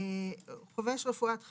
""חובש רפואת חירום"